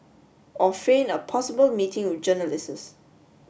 or feign a possible meeting with journalists